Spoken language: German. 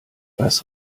was